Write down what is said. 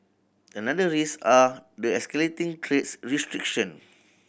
another risk are the escalating trades restriction